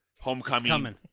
homecoming